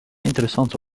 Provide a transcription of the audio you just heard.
interessante